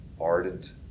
ardent